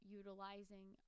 utilizing